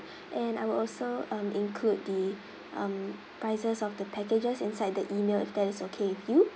and I will also um include the um prices of the packages inside the email if that is okay with you